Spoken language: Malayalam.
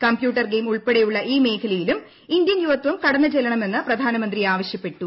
കമ്പ്യൂട്ടർ ഗെയിം ഉൾപ്പെട്ട്ടിയുള്ള ഈ മേഖലയിലും ഇന്ത്യൻ യുവത്വം കടന്നു ചെല്ലണമെന്ന് പ്രപ്ധാനമന്ത്രി ആവശ്യപ്പെട്ടു